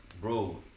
bro